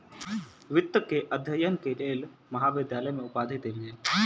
वित्त के अध्ययन के लेल महाविद्यालय में उपाधि देल गेल